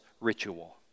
ritual